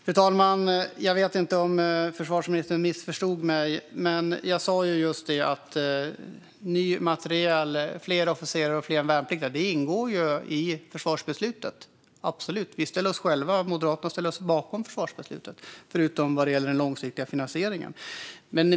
Fru talman! Jag vet inte om försvarsministern missförstod mig. Jag sa just att ny materiel, fler officerare och fler värnpliktiga ingår i försvarsbeslutet och att vi moderater står bakom försvarsbeslutet, förutom vad gäller den långsiktiga finansieringen.